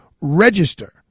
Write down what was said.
register